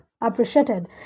appreciated